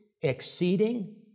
exceeding